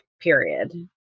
period